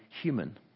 human